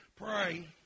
pray